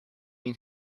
mean